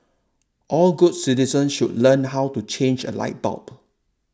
all good citizens should learn how to change a light bulb